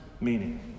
meaning